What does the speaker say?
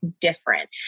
different